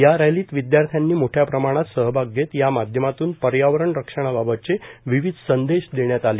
या रॅलीत विदयार्थ्यानी मोठ्या प्रमाणात सहभाग घेत या माध्यमातून पर्यावरण रक्षणा बाबतचे विविध संदेश देण्यात आले